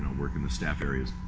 work in the staff areas.